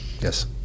Yes